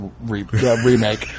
remake